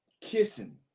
kissing